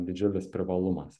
didžiulis privalumas